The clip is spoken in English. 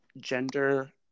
gender